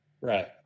Right